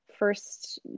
First